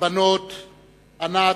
הבנות ענת,